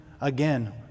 again